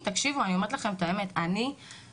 תקשיבו, אני אומרת לכם את האמת, אני מותשת.